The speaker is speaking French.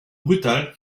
brutal